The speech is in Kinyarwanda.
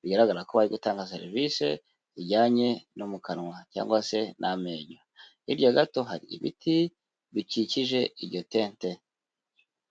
bigaragara ko bari gutanga serivisi zijyanye no mu kanwa cyangwa se n'amenyo, hirya gato hari ibiti bikikije iryo tente.